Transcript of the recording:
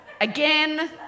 again